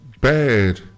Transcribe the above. bad